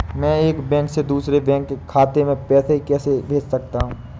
मैं एक बैंक से दूसरे बैंक खाते में पैसे कैसे भेज सकता हूँ?